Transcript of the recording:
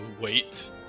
wait